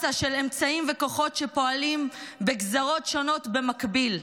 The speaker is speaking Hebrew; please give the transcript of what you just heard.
מסה של אמצעים וכוחות שפועלים בגזרות שונות במקביל.